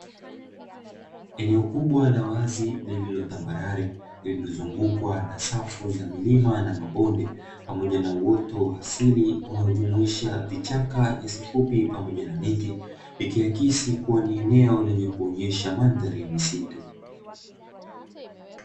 Eneo kubwa la wazi lililo tambarare lililozungukwa na safu za milima na mabonde pamoja na uoto wa asili unaojumuisha vichaka, nyasi fupi pamoja na miti vikiakisi kuwa ni eneo lenye kuonyesha mandhari ya msitu.